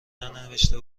ننوشته